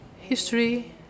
History